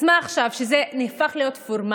אז מה עכשיו, כשזה נהפך להיות פורמלי?